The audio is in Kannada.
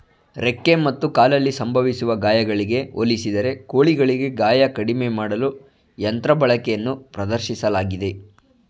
ರೆಕ್ಕೆ ಮತ್ತು ಕಾಲಲ್ಲಿ ಸಂಭವಿಸುವ ಗಾಯಗಳಿಗೆ ಹೋಲಿಸಿದರೆ ಕೋಳಿಗಳಿಗೆ ಗಾಯ ಕಡಿಮೆ ಮಾಡಲು ಯಂತ್ರ ಬಳಕೆಯನ್ನು ಪ್ರದರ್ಶಿಸಲಾಗಿದೆ